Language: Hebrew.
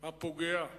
הפוגע,